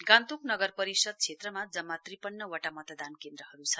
गान्तोक नगर परिषद क्षेत्रमा जम्मा त्रिपन्नवटा मतदान केन्द्रहरू छन्